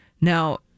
Now